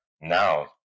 Now